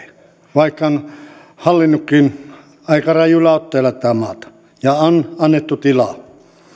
vaikka on hallinnutkin aika rajuilla otteilla tätä maata ja on annettu tilaa